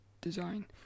design